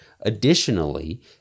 Additionally